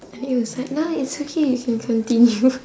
I think he was like nah it's okay you can continue